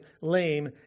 lame